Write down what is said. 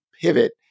pivot